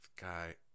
Guy